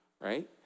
right